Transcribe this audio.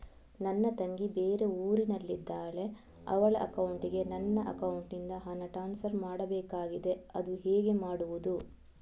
ನನ್ನ ತಂಗಿ ಬೇರೆ ಊರಿನಲ್ಲಿದಾಳೆ, ಅವಳ ಅಕೌಂಟಿಗೆ ನನ್ನ ಅಕೌಂಟಿನಿಂದ ಹಣ ಟ್ರಾನ್ಸ್ಫರ್ ಮಾಡ್ಬೇಕಾಗಿದೆ, ಅದು ಹೇಗೆ ಮಾಡುವುದು?